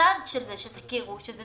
הצד של זה, שתכירו, שזה